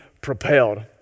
propelled